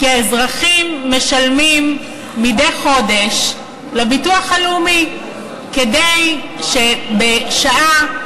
כי האזרחים משלמים מדי חודש לביטוח הלאומי כדי שבשעה,